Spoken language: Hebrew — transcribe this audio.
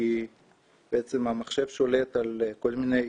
כי בעצם המחשב שולט על כל מיני